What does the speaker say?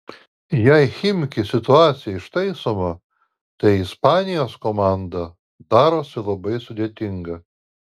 jei chimki situacija ištaisoma tai ispanijos komanda darosi labai sudėtinga